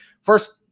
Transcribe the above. First